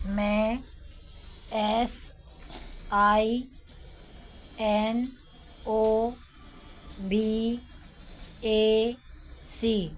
मैं S I N O B A C